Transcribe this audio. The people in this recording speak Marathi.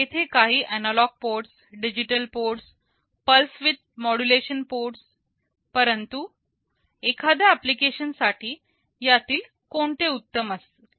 तेथे काही analog ports digital ports pulse width modulation ports परंतु एखाद्या ऍप्लिकेशन साठी यातील कोणते उत्तम असेल